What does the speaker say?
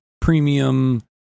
premium